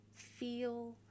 Feel